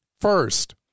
First